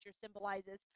symbolizes